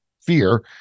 fear